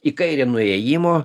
į kairę nuo įėjimo